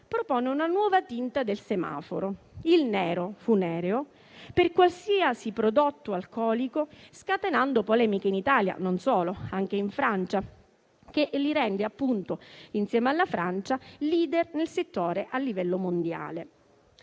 propone una nuova tinta del semaforo: il nero funereo per qualsiasi prodotto alcolico, scatenando polemiche, non solo in Italia, ma anche in Francia, essendo l'Italia, insieme alla Francia, *leader* nel settore a livello mondiale.